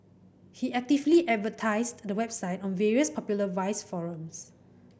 he actively advertised the website on various popular vice forums